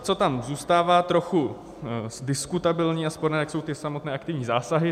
Co tam zůstává trochu diskutabilní a sporné, jsou ty samotné aktivní zásahy.